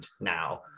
now